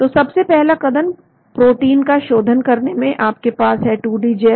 तो सबसे पहला कदम प्रोटीन का शोधन करने में आपके पास है 2 डी जेल